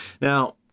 Now